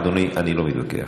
אדוני, אני לא מתווכח.